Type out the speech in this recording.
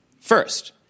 first